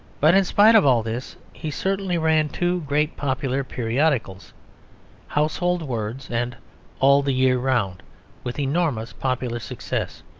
but in spite of all this he certainly ran two great popular periodicals household words and all the year round with enormous popular success.